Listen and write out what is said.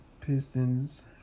pistons